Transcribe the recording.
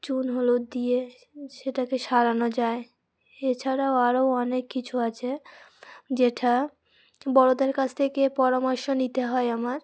চুন হলুদ দিয়ে সেটাকে সারানো যায় এছাড়াও আরও অনেক কিছু আছে যেটা বড়োদের কাছ থেকে পরামর্শ নিতে হয় আমার